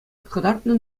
кӑтартнӑ